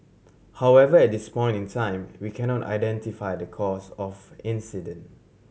however at this point in time we cannot identify the cause of incident